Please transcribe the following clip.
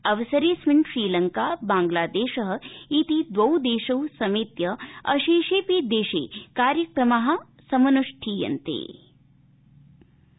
अवसरेऽस्मिन श्रीलंका बांग्लादेश इति द्वौ देशौ समेत्य अशेषेऽपि देशे कार्यक्रमा समनृष्ठीयन्ते